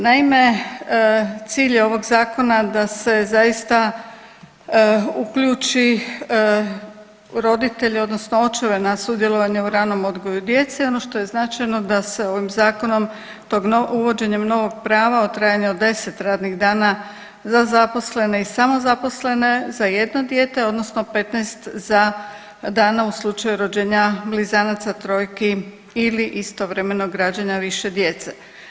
Naime, cilj je ovog zakona da se zaista uključi roditelje odnosno očeve na sudjelovanje u ranom odgoju djece i ono što je značajno da se ovim zakonom tom, uvođenjem novog prava u trajanju od 10 radnih dana za zaposlene i samozaposlene za jedno dijete odnosno 15 za dana u slučaju rođenja blizanaca, trojki ili istovremenog rađanja više djece.